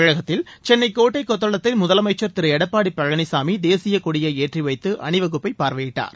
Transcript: தமிழகத்தில் கோட்டை கொத்தளத்தில் சென்னை முதலமைச்சர் திரு எடப்பாடி பழனிசாமி தேசியக் கொடியை ஏற்றிவைத்து அணிவகுப்பை பார்வையிட்டார்